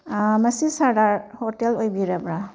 ꯃꯁꯤ ꯁꯥꯔꯗꯥꯔ ꯍꯣꯇꯦꯜ ꯑꯣꯏꯕꯤꯔꯕ꯭ꯔꯥ